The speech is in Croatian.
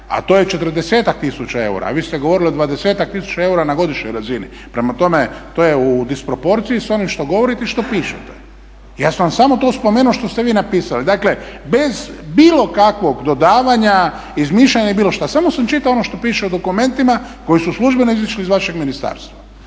A to je 40-ak tisuća eura. A vi ste govorili o 20-ak tisuća eura na godišnjoj razini. Prema tome, to je u disproporciji s onim što govorite i što pišete. Ja sam vam samo to spomenuo što ste vi napisali. Dakle, bez bilo kakvog dodavanja, izmišljanja i bilo što, samo sam čitao ono što piše u dokumentima koji su službeno izašli iz vašeg ministarstva.